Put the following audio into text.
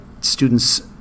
students